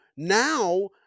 Now